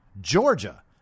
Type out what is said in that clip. Georgia